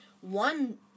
One